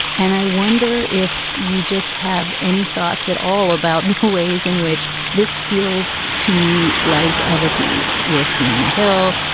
and i wonder if you just have any thoughts at all about the ways in which this feels to me like of a piece with fiona hill.